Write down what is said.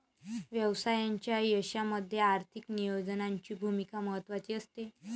व्यवसायाच्या यशामध्ये आर्थिक नियोजनाची भूमिका महत्त्वाची असते